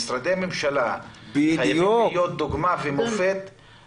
משרד הממשלה חייבים להיות דוגמה ומופת -- בדיוק.